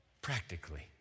practically